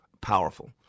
powerful